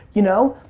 you know?